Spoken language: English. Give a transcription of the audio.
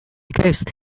ghost